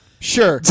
Sure